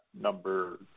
number